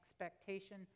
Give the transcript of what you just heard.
expectation